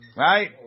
Right